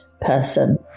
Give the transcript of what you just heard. person